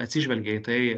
atsižvelgia į tai